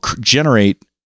generate